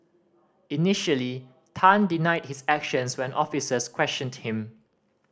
initially Tan denied his actions when officers questioned him